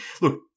Look